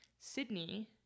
sydney